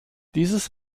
dieses